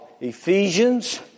Ephesians